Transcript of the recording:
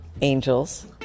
angels